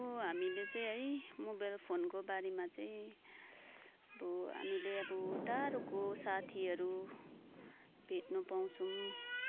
अब हामीले चाहिँ है मोबाइल फोनको बारेमा चाहिँ अब हामीले अब टाढोको साथीहरू भेट्न पाउँछौँ